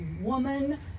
woman